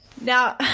Now